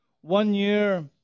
one-year